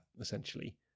essentially